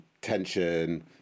tension